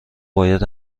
باید